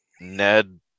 ned